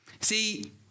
See